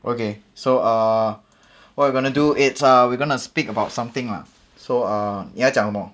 okay so err what we gonna do is we are going to speak about something lah so err 你要讲什么